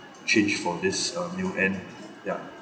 change from this um new and ya